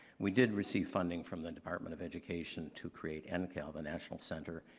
we did receive funding from the department of education to create and ncal, the national center,